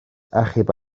achub